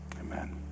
amen